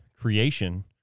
creation